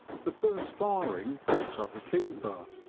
the first firing brought up the keeper,